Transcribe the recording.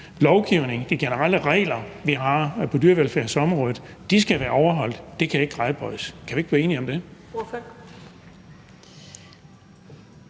de generelle regler, vi har, på dyrevelfærdsområdet skal være overholdt, altså ikke kan